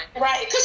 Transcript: Right